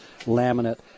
laminate